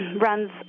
runs